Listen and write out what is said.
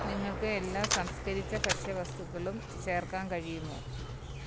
നിങ്ങൾക്ക് എല്ലാ സംസ്കരിച്ച ഭക്ഷ്യവസ്തുക്കളും ചേർക്കാൻ കഴിയുമോ